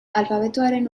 alfabetoaren